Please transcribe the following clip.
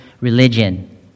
religion